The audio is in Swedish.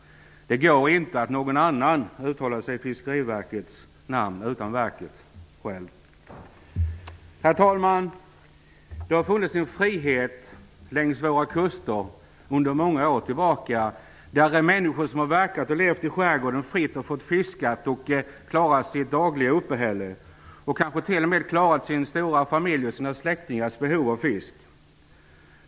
Det går inte att någon annan uttalar sig i Fiskeriverkets namn. Herr talman! Det har funnits en frihet längs våra kuster under många år. Människor som har verkat och levt i skärgården har fritt fått fiska och klara sitt dagliga uppehälle. De har kanske t.o.m. klarat sin stora familjs och sina släktingars behov av fisk.